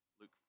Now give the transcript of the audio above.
Luke